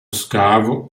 scavo